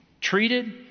treated